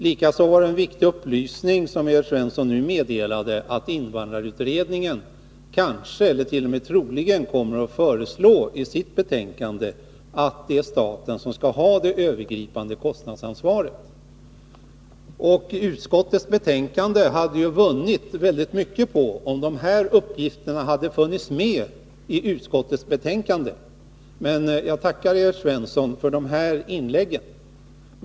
Likaså var det en viktig upplysning som Evert Svensson nu meddelade att invandrarutredningen kanske — t.o.m. troligen — kommer att i sitt betänkande föreslå att staten skall ha det övergripande kostnadsansvaret. Utskottsbetänkandet hade vunnit väldigt mycket på om dessa uppgifter hade funnits med i betänkandet. Men jag tackar Evert Svensson för detta inlägg.